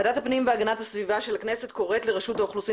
ועדת הפנים והגנת הסביבה של הכנסת קוראת לרשות האוכלוסין